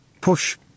push